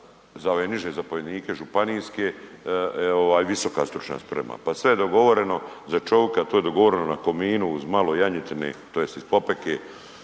za ove niže zapovjednike županijske ovaj visoka stručna sprema, pa sve je dogovoreno za čovika, to je dogovorena na Kominu uz malo janjetine tj. ispod peke,